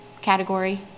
category